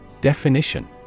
Definition